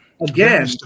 again